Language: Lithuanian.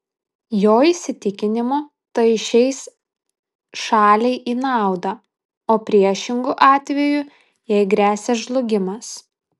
jo įsitikinimu tai išeis šaliai į naudą o priešingu atveju jai gresia žlugimas